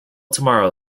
tomorrow